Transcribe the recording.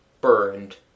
burned